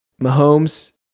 Mahomes